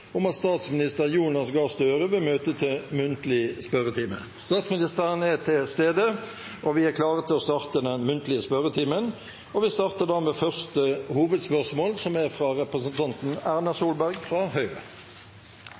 om at statsminister Jonas Gahr Støre vil møte til muntlig spørretime. Statsministeren er til stede, og vi er klare til å starte den muntlige spørretimen. Vi starter da med første hovedspørsmål, fra representanten Erna